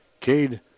Cade